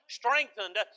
strengthened